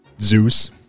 Zeus